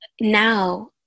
now